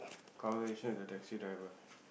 conversation with the taxi driver